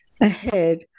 ahead